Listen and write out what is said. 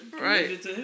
Right